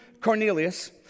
Cornelius